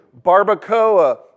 barbacoa